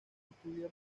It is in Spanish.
estudia